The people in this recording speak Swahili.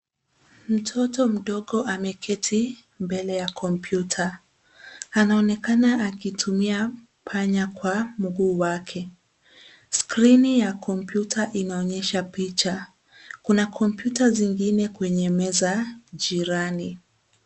Mtoto mdogo ameketi mbele ya kompyuta. Anaonekana akitumia panya kwa mguu wake. Skrini ya kompyuta inaonyesha picha. Kuna kompyuta zingine kwenye meza jirani.